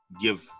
give